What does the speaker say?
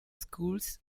schools